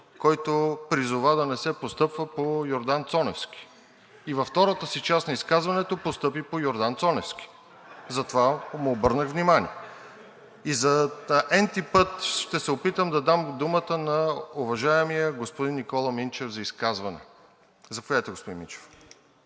който призова да не се постъпва по Йордан-Цоневски и във втората си част на изказването постъпи по Йордан-Цоневски, затова му обърнах внимание. И за n-ти път ще се опитам да дам думата на уважаемия господин Никола Минчев за изказване. Заповядайте, господин Минчев.